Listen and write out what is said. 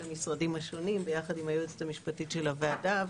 המשרדים השונים ביחד עם היועצת המשפטית של הוועדה,